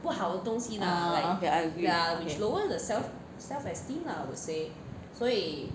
ah ah okay I agree